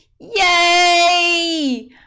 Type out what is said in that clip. Yay